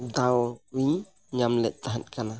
ᱫᱟᱣ ᱤᱧ ᱧᱟᱢ ᱞᱮᱫ ᱛᱟᱦᱮᱸᱫ ᱠᱟᱱᱟ